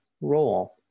role